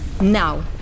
now